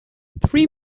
three